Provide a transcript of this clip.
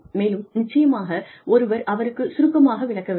மேலும் நிச்சயமாக ஒருவர் அவருக்குச் சுருக்கமாக விளக்க வேண்டும்